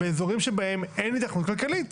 באזורים שבהם אין היתכנות כלכלית.